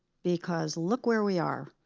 because look where we are.